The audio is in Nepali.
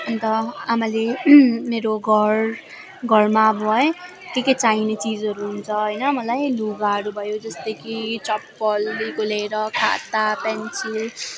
अन्त आमाले मेरो घर घरमा अब है केके चाहिने चिजहरू हुन्छ होइन मलाई लुगाहरू भयो जस्तै कि चप्पलदेखिको लिएर खाता पेन्सिल